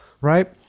right